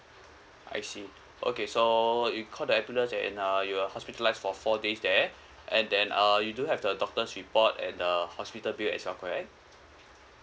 I see okay so you called the ambulance and uh you're hospitalised for four days there and then uh you do have the doctor's report and the hospital bill as well correct